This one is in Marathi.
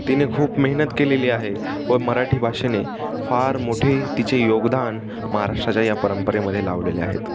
तिने खूप मेहनत केलेली आहे व मराठी भाषेने फार मोठे तिचे योगदान महाराष्ट्राच्या या परंपरेमध्ये लावलेले आहेत